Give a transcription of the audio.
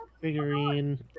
figurine